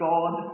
God